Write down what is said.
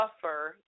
suffer